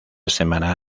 semana